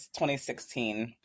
2016